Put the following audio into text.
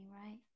right